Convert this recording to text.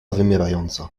wymierająca